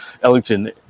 Ellington